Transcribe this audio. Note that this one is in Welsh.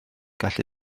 gallu